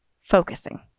Focusing